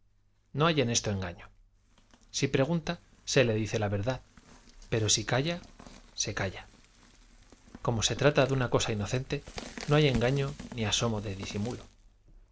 no hay en esto engaño si pregunta se le dice la verdad pero si calla se calla como se trata de una cosa inocente no hay engaño ni asomo de disimulo